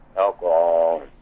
alcohol